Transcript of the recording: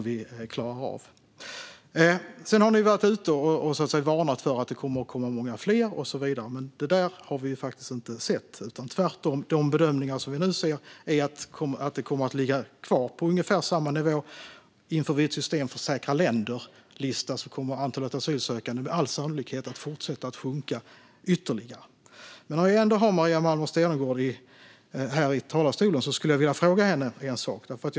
Moderaterna har varit ute och varnat för att det kommer att komma många fler, men det där har vi faktiskt inte sett något av. Tvärtom anger de bedömningar som finns att det kommer att ligga kvar på ungefär samma nivåer. Om vi inför ett system med en lista av säkra länder kommer antalet asylsökande med all sannolikhet att fortsätta sjunka ytterligare. När jag ändå har Maria Malmer Stenergard här i talarstolen skulle jag vilja ställa en fråga till henne.